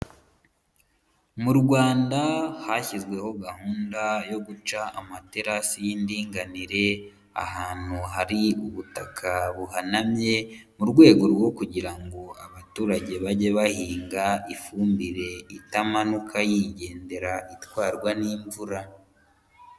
Mu Rwanda hashyizweho gahunda yo guca amaterasi y'indinganire, ahantu hari ubutaka buhanamye, mu rwego rwo kugira ngo abaturage bajye bahinga, ifumbire itamanuka yigendera itwarwa n'imvura.